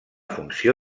funció